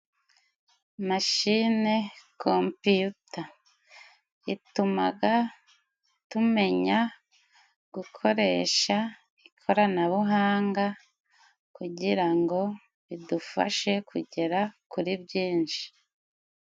Machine kompiyuta, itumaga tumenya gukoresha ikoranabuhanga, kugira ngo ridufashe kugera kuri byinshi.